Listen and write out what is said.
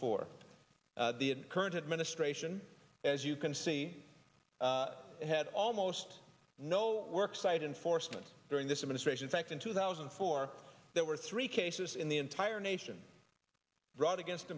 for the current administration as you can see had almost no work site enforcement during this administration fact in two thousand and four there were three cases in the entire nation brought against